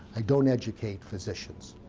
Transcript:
i don't educate physicians.